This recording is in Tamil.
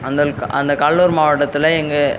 அந்த அந்த கடலூர் மாவட்டத்தில் எங்கள்